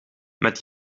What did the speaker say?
met